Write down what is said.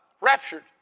raptured